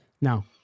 Now